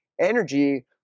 energy